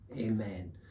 amen